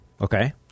Okay